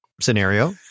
scenario